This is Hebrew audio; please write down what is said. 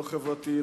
לא חברתי,